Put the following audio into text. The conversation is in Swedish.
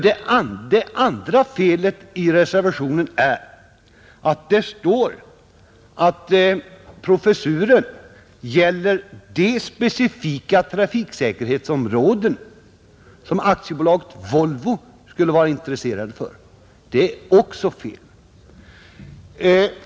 Det andra felet i reservationen är att det står att professuren gäller de specifika trafiksäkerhetsområden som AB Volvo skulle vara intresserat för. Det är också fel.